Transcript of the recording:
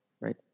right